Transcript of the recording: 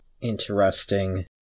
interesting